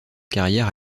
carrière